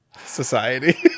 society